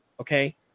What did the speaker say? Okay